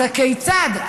אז הכיצד?